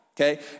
okay